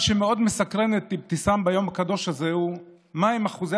מה שמאוד מסקרן את אבתיסאם ביום הקדוש הזה הוא מהם אחוזי